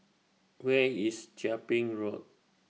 Where IS Chia Ping Road